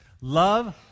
Love